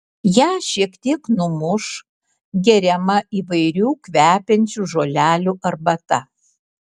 ją šiek tiek numuš geriama įvairių kvepiančių žolelių arbata